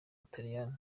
butaliyani